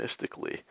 mystically